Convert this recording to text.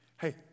Hey